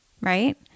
right